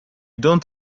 don’t